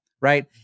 right